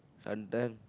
sometime